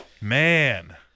Man